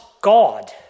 God